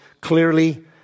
clearly